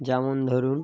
যেমন ধরুন